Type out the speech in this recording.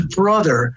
brother